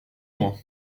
loin